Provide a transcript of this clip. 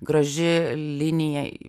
graži linija